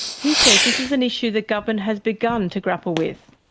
he says this is an issue the government has begun to grapple with.